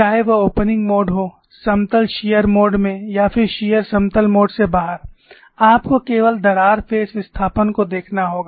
चाहे वह opening mode हो समतल शीयर मोड में या फिर शीयर समतल मोड से बाहर आपको केवल दरार फेस विस्थापन को देखना होगा